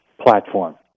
platform